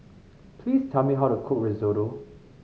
please tell me how to cook Risotto